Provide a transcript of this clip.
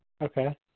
Okay